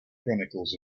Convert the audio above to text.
chronicles